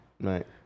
Right